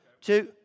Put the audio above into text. Two